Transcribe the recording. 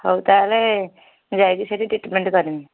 ହେଉ ତାହେଲେ ମୁଁ ଯାଇକି ସେଇଠି ଟ୍ରିଟମେଣ୍ଟ୍ କରିବି